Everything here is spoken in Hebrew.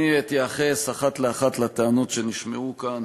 אני אתייחס אחת לאחת לטענות שנשמעו כאן.